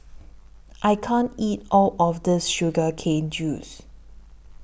I can't eat All of This Sugar Cane Juice